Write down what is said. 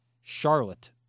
Charlotte